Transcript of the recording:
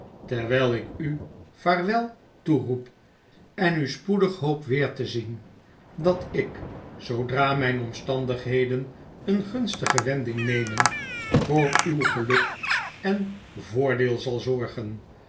terwijl ik u vaarwel toeroep en u spoedig hoop weer te zien dat ik zoodra mijn omstandigheden een gunstige wending nemen voor uw geluk en voordeel zal zorgen